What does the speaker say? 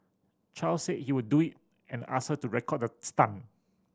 chow said he would do it and asked her to record the stunt